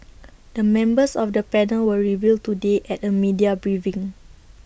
the members of the panel were revealed today at A media briefing